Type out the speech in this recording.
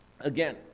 again